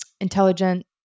intelligent